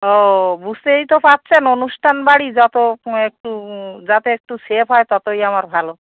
ও বুঝতেই তো পারছেন অনুষ্টান বাড়ি যতো হো একটু যাতে একটু সেফ হয় ততই আমার ভালো